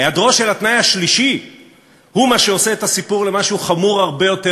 היעדרו של התנאי השלישי הוא מה שעושה את הסיפור למשהו חמור הרבה יותר,